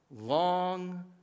Long